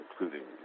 including